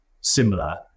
similar